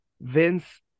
Vince